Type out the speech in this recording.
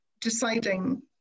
deciding